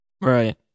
Right